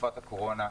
בתקופת הקורונה,